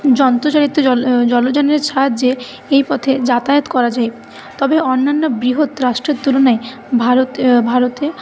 যন্ত্রচালিত জল জলযানের সাহায্যে এই পথে যাতায়াত করা যায় তবে অন্যান্য বৃহৎ রাষ্ট্রের তুলনায় ভারত ভারতে